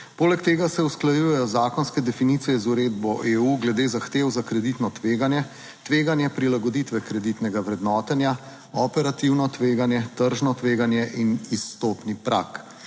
Poleg tega se usklajujejo zakonske definicije z uredbo EU glede zahtev za kreditno tveganje, tveganje prilagoditve kreditnega vrednotenja, operativno tveganje, tržno tveganje in izstopni prag.